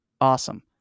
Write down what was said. Awesome